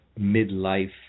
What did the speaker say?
midlife